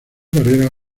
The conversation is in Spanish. carrera